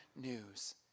news